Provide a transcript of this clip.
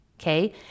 okay